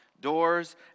doors